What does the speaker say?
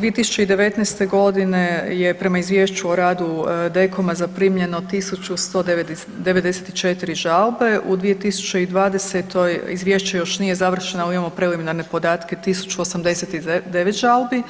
2019.g. je prema izvješću o radu DKOM-a zaprimljeno 1194 žalbe, u 2020. izvješće još nije završeno, ali imamo preliminarne podatke 1089 žalbi,